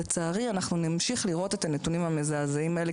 לצערי אנחנו נמשיך לראות את הנתונים המזעזעים האלה.